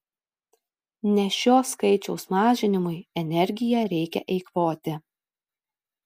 ne šio skaičiaus mažinimui energiją reikia eikvoti